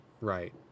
right